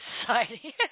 society